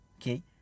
okay